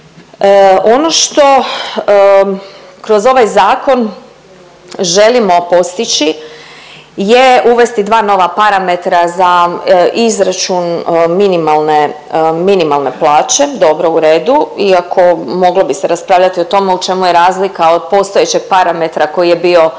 Ono što kroz ovaj zakon želimo postići je uvesti dva nova parametra za izračun minimalne, minimalne plaće. Dobro u redu, iako moglo bi se raspravljati o tome u čemu je razlika od postojećeg parametra koji je bio